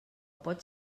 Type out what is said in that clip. pot